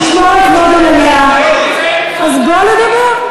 הוא עדכן אותנו על הפייסבוק, חבר הכנסת דרעי.